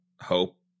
Hope